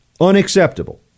Unacceptable